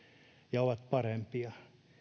ovat parempia